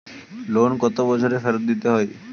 Loan কত বছরে ফেরত দিতে হয়?